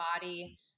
body